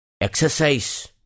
Exercise